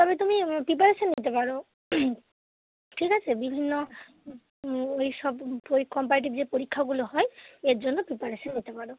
তবে তুমি প্রিপারেশান নিতে পারো ঠিক আছে বিভিন্ন ওই সব পরী কমপারেটিভ যে পরীক্ষাগুলো হয় এর জন্য প্রিপারেশান নিতে পারো